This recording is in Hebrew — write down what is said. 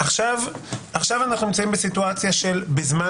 עכשיו אנחנו נמצאים בסיטואציה של בזמן